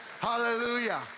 Hallelujah